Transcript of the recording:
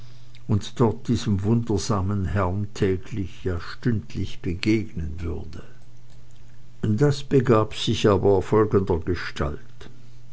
und dort diesem wundersamen herrn täglich ja stündlich begegnen würde das begab sich aber folgendergestalt